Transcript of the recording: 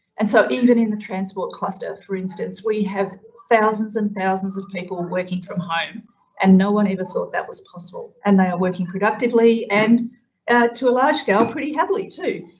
and so even in the transport cluster for instance, we have thousands and thousands of people working from home and no one ever thought that was possible and they are working productively and to a large scale pretty happily too.